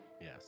Yes